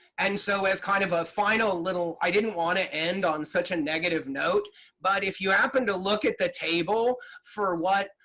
and so as kind of a final little i didn't want to end on such a negative note but if you happen to look at the table, for what,